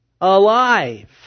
alive